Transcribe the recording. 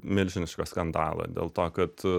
milžinišką skandalą dėl to kad